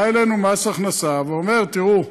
בא אלינו מס הכנסה ואומר: תראו,